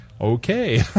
okay